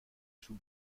sous